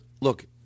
look